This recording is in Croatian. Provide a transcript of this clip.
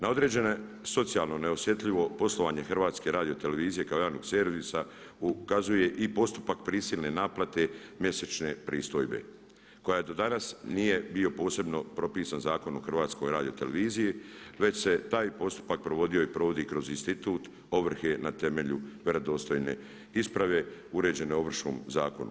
Na određeno socijalno neosjetljivo poslovanje HRT-a kao javnog servisa ukazuje i postupak prisilne naplate mjesečne pristojbe koja do danas nije bila posebno propisana Zakonom o HRT-u već se taj postupak provodio i provodi kroz institut ovrhe na temelju vjerodostojne isprave uređene Ovršnim zakonom.